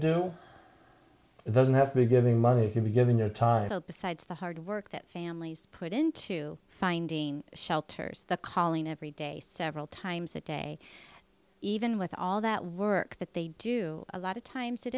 do it doesn't have to be giving money to be giving your time besides the hard work that families put into finding shelters the calling every day several times a day even with all that work that they do a lot of times it